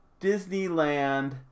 Disneyland